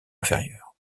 inférieur